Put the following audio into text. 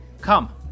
Come